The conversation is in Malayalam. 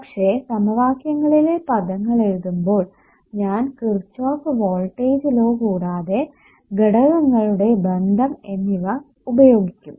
പക്ഷേ സമവാക്യങ്ങളിലെ പദങ്ങൾ എഴുതുമ്പോൾ ഞാൻ കിർച്ചോഫ് വോൾട്ടേജ് ലോ കൂടാതെ ഘടകങ്ങളുടെ ബന്ധം എന്നിവ ഉപയോഗിക്കും